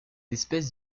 espèce